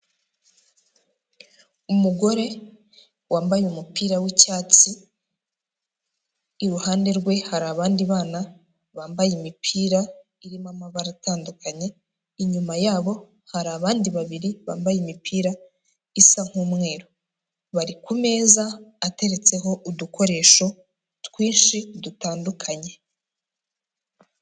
Umugore wambaye umupira w'icyatsi, iruhande rwe hari abandi bana bambaye imipira irimo amabara atandukanye, inyuma yabo hari abandi babiri bambaye imipira isa nk'umweru, bari ku meza ateretseho udukoresho twinshi dutandukanye.